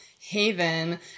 haven